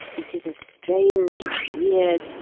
it is a strange, weird,